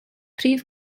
prif